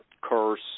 curse